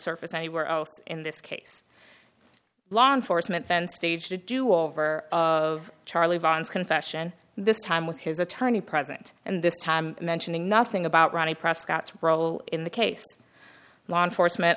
surface anywhere else in this case law enforcement then staged to do over of charlie bond's confession this time with his attorney present and this time mentioning nothing about ronnie prescott's role in the case law enforcement